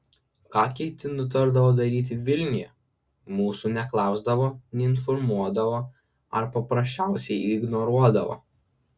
ką kiti nutardavo daryti vilniuje mūsų neklausdavo neinformuodavo ar paprasčiausiai ignoruodavo